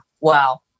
Wow